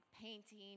painting